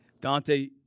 Dante